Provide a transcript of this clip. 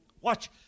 Watch